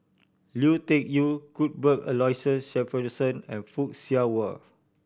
Lui Tuck Yew Cuthbert Aloysius Shepherdson and Fock Siew Wah